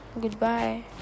Goodbye